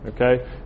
Okay